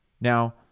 Now